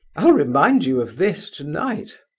i'll remind you of this, tonight.